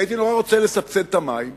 כי הייתי נורא רוצה לסבסד את המים,